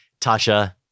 Tasha